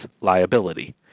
liability